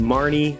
Marnie